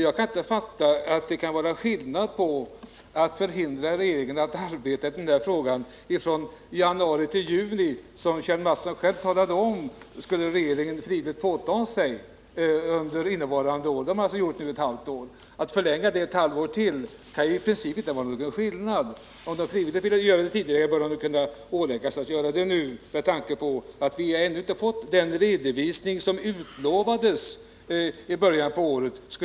Jag kan inte fatta vad det skulle göra för skillnad om man förlängde tiden då regeringen hindrades från att arbeta i de här frågorna —om jag nu skall ta fasta på Kjell Mattssons uttryckssätt här — till att omfatta ytterligare ett halvår efter den tid från januari till juli, under vilken regeringen enligt Kjell Mattsson frivilligt påtagit sig att avstå från att fatta beslut. Det kan ju i princip inte vara någon skillnad. Om regeringen ville göra det frivilligt tidigare, så borde den väl kunna åläggas att göra det ytterligare ett halvår med tanke på att vi ännu inte har fått den redovisning efter folkomröstningen som utlovades i början på året.